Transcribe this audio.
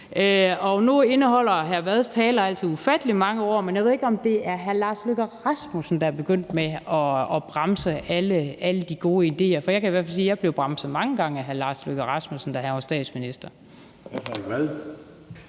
nu indeholder hr. Frederik Vads taler altid ufattelig mange ord, men jeg ved ikke, om det er hr. Lars Løkke Rasmussen, der er begyndt med at bremse alle de gode idéer, for jeg kan i hvert fald sige, at jeg blev bremset mange gange af hr. Lars Løkke Rasmussen, da han var statsminister. Kl.